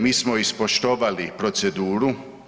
Mi smo ispoštovali proceduru.